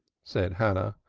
said hannah.